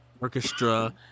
orchestra